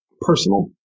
personal